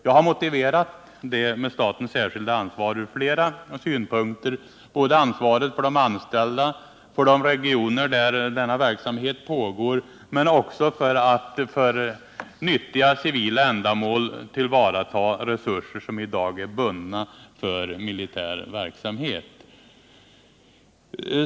Jag har motiverat statens särskilda ansvar ur flera synpunkter: både ansvaret för de anställda och ansvaret för de regioner där denna verksamhet pågår men också ansvaret för att för nyttiga civila ändamål tillvarata resurser som i dag är bundna för militär verksamhet.